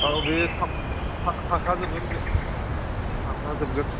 औ बे पार्ट्स थाखाजोबखागोन बे थाफाजोबगोन